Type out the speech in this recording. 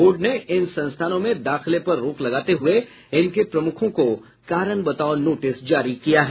board ने इन संस्थानों में दाखिले पर रोक लगाते हुये इनके प्रमुखों को कारण बताओं नोटिस जारी किया है